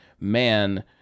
man